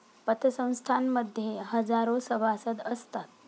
पतसंस्थां मध्ये हजारो सभासद असतात